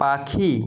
পাখি